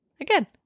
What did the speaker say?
Again